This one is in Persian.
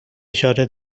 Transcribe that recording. اشاره